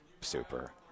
super